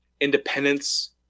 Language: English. independence